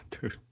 dude